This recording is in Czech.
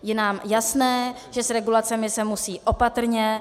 Je nám jasné, že s regulacemi se musí opatrně.